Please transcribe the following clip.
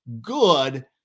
good